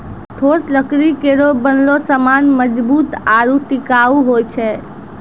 ठोस लकड़ी केरो बनलो सामान मजबूत आरु टिकाऊ होय छै